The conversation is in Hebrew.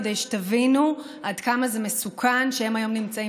כדי שתבינו עד כמה זה מסוכן שהם היום נמצאים